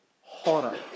horror